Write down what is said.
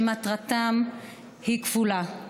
שמטרתם היא כפולה: